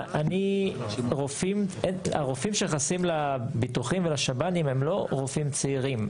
הרופאים שנכנסים לביטוחים ולשב"נים הם לא רופאים צעירים,